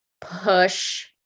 push